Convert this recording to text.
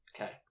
Okay